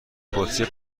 بطری